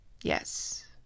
Yes